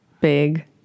big